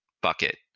bucket